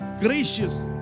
gracious